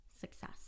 success